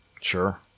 Sure